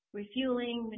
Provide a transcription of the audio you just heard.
refueling